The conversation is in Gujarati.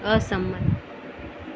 અસંમત